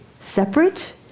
separate